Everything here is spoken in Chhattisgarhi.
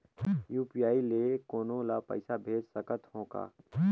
यू.पी.आई ले कोनो ला पइसा भेज सकत हों का?